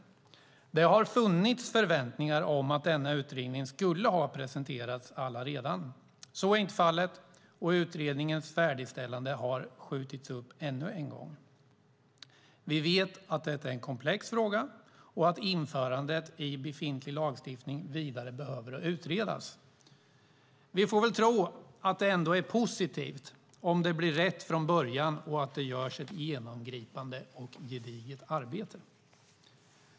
Det har funnits förväntningar om att denna utredning redan skulle ha presenterats. Så är inte fallet, och utredningens färdigställande har skjutits upp ännu en gång. Vi vet att detta är en komplex fråga och att införandet i befintlig lagstiftning vidare behöver utredas. Vi får väl ändå tro att det är positivt att det blir rätt från början och att det görs ett genomgripande och gediget arbete.